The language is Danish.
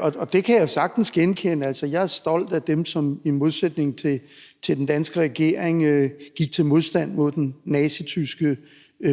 Og det kan jeg sagtens genkende. Altså, jeg er stolt af dem, der i modsætning til den danske regering gik til modstand mod den nazityske